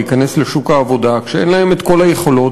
להיכנס לשוק העבודה כשאין להם כל היכולות